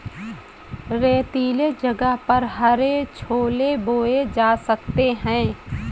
रेतीले जगह पर हरे छोले बोए जा सकते हैं